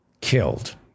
killed